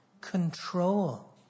Control